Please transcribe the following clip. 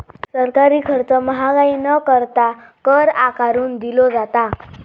सरकारी खर्च महागाई न करता, कर आकारून दिलो जाता